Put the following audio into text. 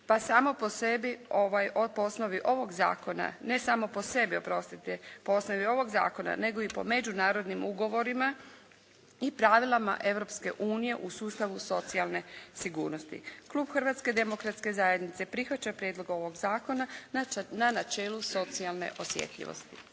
oprostite po osnovi ovog zakona nego i po međunarodnim ugovorima i pravilima Europske unije u sustavu socijalne sigurnosti. Klub Hrvatske demokratske zajednice prihvaća prijedlog zakona na načelu socijalne osjetljivosti.